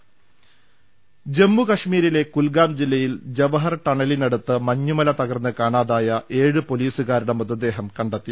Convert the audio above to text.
പുറപ്പെട്ടത്ത ജമ്മുകശ്മീരിലെ കുൽഗാം ജില്ലയിൽ ജവഹർ ടണലിനടുത്ത് മഞ്ഞു മല തകർന്ന് കാണാതായ ഏഴ് പൊലീസുകാരുടെ മൃതദേഹം കണ്ടെത്തി